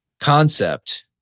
concept